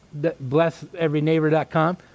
blesseveryneighbor.com